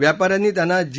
व्यापारांनी त्यांना जी